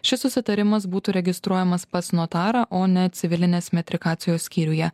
šis susitarimas būtų registruojamas pas notarą o ne civilinės metrikacijos skyriuje